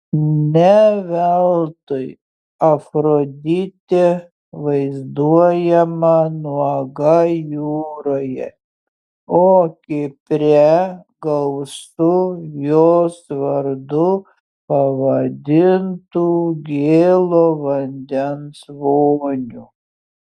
ne veltui afroditė vaizduojama nuoga jūroje o kipre gausu jos vardu pavadintų gėlo vandens vonių